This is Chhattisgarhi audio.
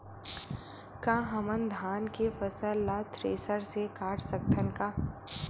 का हमन धान के फसल ला थ्रेसर से काट सकथन का?